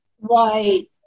Right